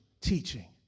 teaching